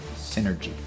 Synergy